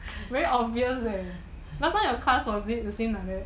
very obvious eh last time your class was it the same like that